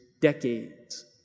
decades